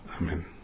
Amen